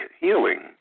healing